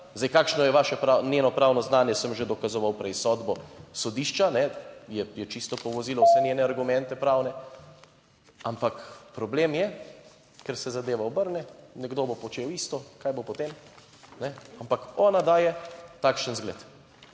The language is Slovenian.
zdaj, kakšno je vaše njeno pravno znanje, sem že dokazoval prej sodbo sodišča ne, je čisto povozila vse njene argumente, pravne. Ampak problem je, ker se zadeva obrne, nekdo bo počel isto, kaj bo potem? Ne. Ampak ona daje takšen zgled.